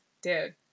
Dude